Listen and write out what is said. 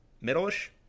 middle-ish